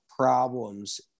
problems